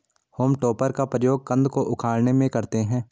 home टॉपर का प्रयोग कन्द को उखाड़ने में करते हैं